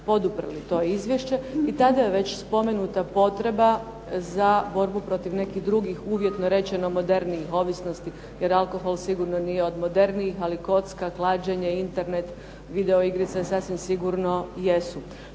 to izvješće. I tada je već spomenuta potreba za borbu protiv nekih drugih uvjetno rečeno modernijih ovisnosti, jer alkohol sigurno nije od modernijih, ali kocka, klađenje, Internet, video igrice sasvim sigurno jesu.